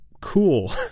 cool